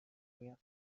میاد